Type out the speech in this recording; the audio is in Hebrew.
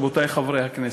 רבותי חברי הכנסת,